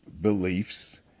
beliefs